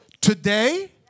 today